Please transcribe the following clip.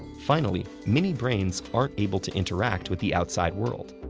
finally, mini brains aren't able to interact with the outside world.